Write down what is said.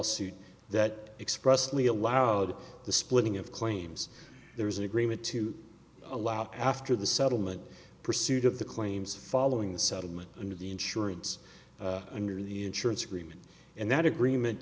lawsuit that expressly allowed the splitting of claims there was an agreement to allow after the settlement pursuit of the claims following the settlement under the insurance under the insurance agreement and that agreement